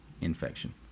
infection